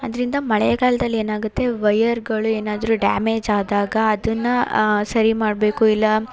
ಆದ್ದರಿಂದ ಮಳೆಗಾಲ್ದಲ್ಲಿ ಏನಾಗುತ್ತೆ ವೈಯರ್ಗಳು ಏನಾದರು ಡ್ಯಾಮೇಜ್ ಆದಾಗ ಅದನ್ನು ಸರಿ ಮಾಡಬೇಕು ಇಲ್ಲ